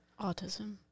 Autism